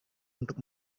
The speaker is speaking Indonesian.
untuk